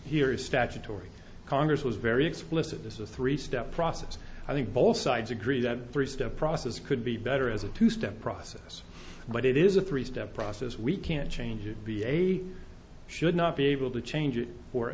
here is statutory congress was very explicit this is a three step process i think both sides agree that three step process could be better as a two step process but it is a three step process we can change it be a should not be able to change it for